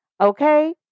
Okay